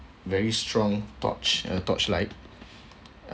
very strong torch uh torchlight